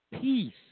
peace